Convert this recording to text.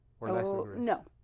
No